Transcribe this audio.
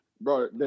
Bro